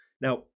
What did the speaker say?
Now